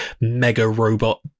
mega-robot